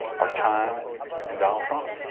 are time and donald trump.